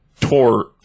tore